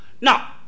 Now